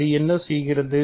அது என்ன செய்கிறது